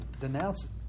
denounce